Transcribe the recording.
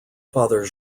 father